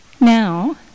Now